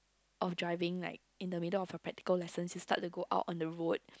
of driving like in the middle of your practical lessons you start to go out on the road